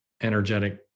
energetic